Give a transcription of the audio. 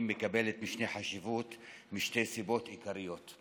מקבלת משנה חשיבות משתי סיבות עיקריות.